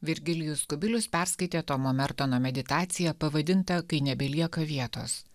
virgilijus kubilius perskaitė tomo mertono meditaciją pavadintą kai nebelieka vietos